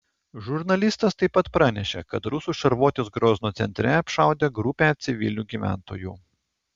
žurnalistas taip pat pranešė kad rusų šarvuotis grozno centre apšaudė grupę civilių gyventojų